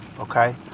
okay